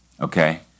Okay